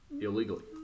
Illegally